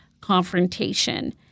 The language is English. confrontation